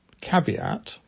caveat